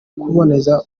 kuboneza